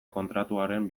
kontratuaren